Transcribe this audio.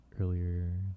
earlier